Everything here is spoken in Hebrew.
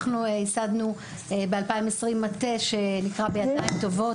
ייסדנו ב-2020 מטה שנקרא "בידיים טובות",